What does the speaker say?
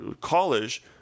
college